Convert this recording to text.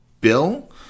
Bill